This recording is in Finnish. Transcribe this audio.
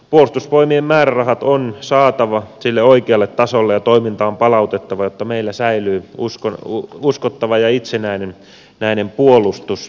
puolustusvoimien määrärahat on saatava sille oikealle tasolle ja toiminta on palautettava jotta meillä säilyy uskottava ja itsenäinen puolustus